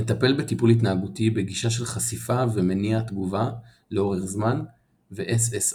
נטפל בטיפול התנהגותי בגישה של חשיפה ומניע תגובה לאורך זמן וSSRI.